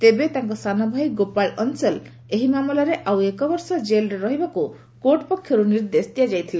ତେବେ ତାଙ୍କ ସାନଭାଇ ଗୋପାଳ ଅନ୍ସଲ ଏହି ମାମଲାରେ ଆଉ ଏକ ବର୍ଷ ଜେଲ୍ରେ ରହିବାକୁ କୋର୍ଟ ପକ୍ଷର୍ ନିର୍ଦ୍ଦେଶ ଦିଆଯାଇଥିଲା